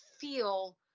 feel